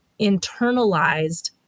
internalized